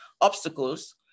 obstacles